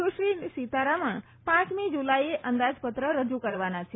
સુશ્રી સીતારમણ પાંચમી જુલાઈએ અંદાજપત્ર રજુ કરવાના છે